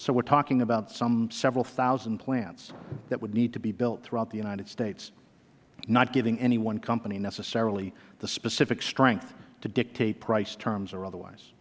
so we are talking about some several thousand plants that would need to be built throughout the united states not giving any one company necessarily the specific strength to dictate price terms or otherwise